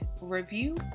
review